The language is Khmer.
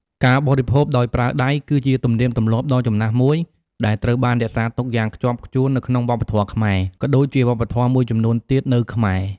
ការបរិភោគដោយប្រើដៃគឺជាទំនៀមទម្លាប់ដ៏ចំណាស់មួយដែលត្រូវបានរក្សាទុកយ៉ាងខ្ជាប់ខ្ជួននៅក្នុងវប្បធម៌ខ្មែរ ក៏ដូចជាវប្បធម៌មួយចំនួនទៀតនៅខ្មែរ។